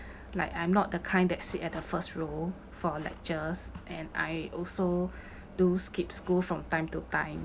like I'm not the kind that sit at the first row for lectures and I also do skip school from time to time